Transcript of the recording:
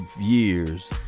years